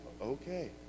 Okay